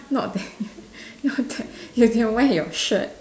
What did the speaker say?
not there not that you can wear your shirt